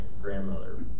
grandmother